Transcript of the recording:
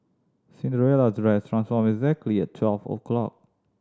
Cinderella's dress transformed exactly at twelve o'clock